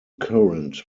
current